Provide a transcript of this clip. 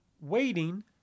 waiting